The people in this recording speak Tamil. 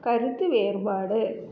கருத்து வேறுபாடு